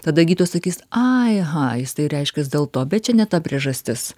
tada gydytojas sakys ai aha jis tai reiškias dėl to bet čia ne ta priežastis